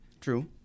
True